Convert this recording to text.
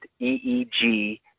EEG